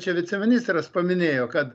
čia viceministras paminėjo kad